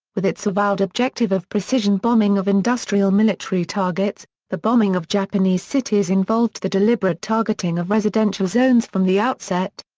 with its avowed objective of precision bombing of industrial military targets, the bombing of japanese cities involved the deliberate targeting of residential zones from the outset.